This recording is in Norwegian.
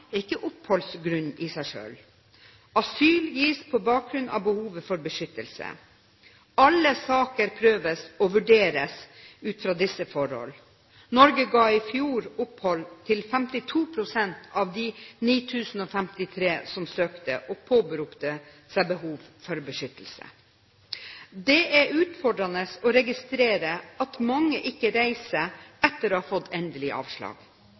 ikke oppholdsgrunn i seg selv. Asyl gis på bakgrunn av behovet for beskyttelse. Alle saker prøves og vurderes ut fra disse forhold. Norge ga i fjor opphold til 52 pst. av de 9 053 som søkte og påberopte seg behov for beskyttelse. Det er utfordrende å registrere at mange ikke reiser etter å ha fått endelig avslag.